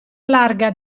larga